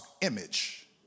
image